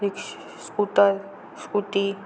rickshaw scooter scooty